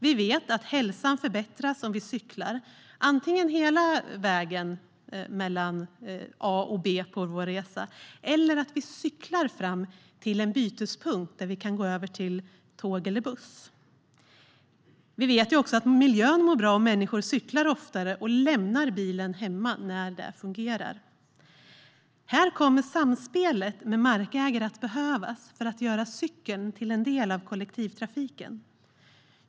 Vi vet att hälsan förbättras om vi cyklar, antingen hela vägen mellan A och B på vår resa eller fram till en bytespunkt där vi kan gå över till tåg eller buss. Vi vet också att miljön mår bra om människor cyklar oftare och lämnar bilen hemma när det fungerar. Här kommer ett samspel med markägare att behövas för att göra cykeln till en del av kollektivtrafiken.